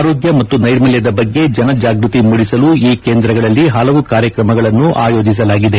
ಆರೋಗ್ಯ ಮತ್ತು ನೈರ್ಮಲ್ಯದ ಬಗ್ಗೆ ಜನಜಾಗೃತಿ ಮೂದಿಸಲು ಈ ಕೇಂದ್ರಗಳಲ್ಲಿ ಹಲವು ಕಾರ್ಯಕ್ರಮಗಳನ್ನು ಆಯೋಜಿಸಲಾಗಿದೆ